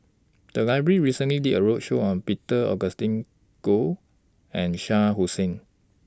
The Library recently did A roadshow on Peter Augustine Goh and Shah Hussain